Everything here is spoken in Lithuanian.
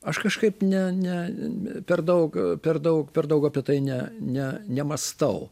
aš kažkaip ne ne per daug per daug per daug apie tai ne ne nemąstau